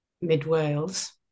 mid-Wales